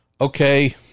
Okay